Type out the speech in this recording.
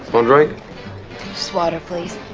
but droit swatter, please